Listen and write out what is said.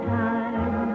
time